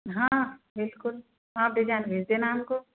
हाँ बिल्कुल आप डिज़ाइन भेज देना हम को